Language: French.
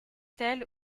telle